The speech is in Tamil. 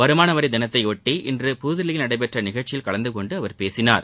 வருமான வரி தினத்தையொட்டி இன்று புதுதில்லியில் நடைபெற்ற நிகழ்ச்சியில் கலந்து கொண்டு அவர் பேசினார்